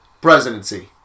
presidency